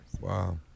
wow